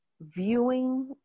viewing